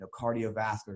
cardiovascular